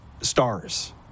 stars